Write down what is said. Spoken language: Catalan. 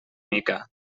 mica